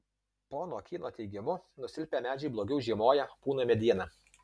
pono kyno teigimu nusilpę medžiai blogiau žiemoja pūna mediena